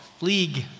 league